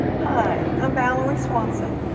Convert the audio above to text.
hi, i'm valoree swanson,